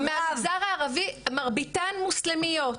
במגזר הערבי מרביתן מוסלמיות.